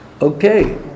Okay